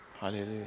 Hallelujah